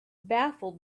baffled